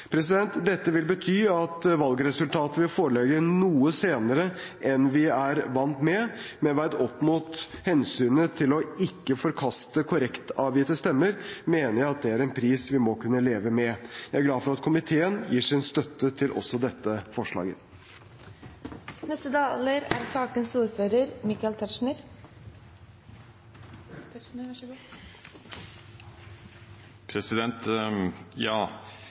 Dette vil bety at valgresultatet vil foreligge noe senere enn vi er vant med, men veid opp mot hensynet til ikke å forkaste korrekt avgitte stemmer mener jeg at det er en pris vi må kunne leve med. Jeg er glad for at komiteen gir sin støtte til også dette forslaget. Representanten Knag Fylkesnes holdt et forbilledlig kort innlegg. Man kan kanskje si at det var så